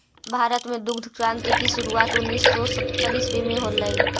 भारत में दुग्ध क्रान्ति की शुरुआत उनीस सौ सत्तर ईसवी में होलई